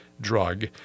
drug